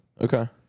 Okay